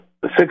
Six